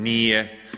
Nije.